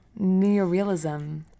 Neorealism